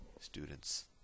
students